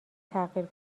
تغییر